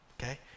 Okay